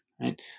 right